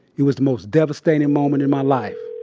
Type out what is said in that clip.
it was the most devastating moment in my life.